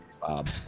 Bob